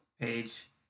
page